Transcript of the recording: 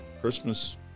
Christmas